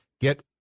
get